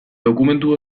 dokumentu